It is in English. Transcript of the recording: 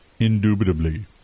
Indubitably